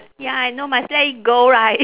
ya I know must let it go right